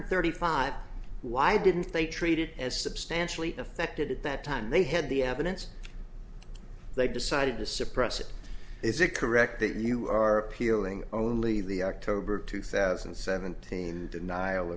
hundred thirty five why didn't they treat it as substantially affected at that time they had the evidence they decided to suppress it is it correct that you are peeling only the october two thousand and seventeen denial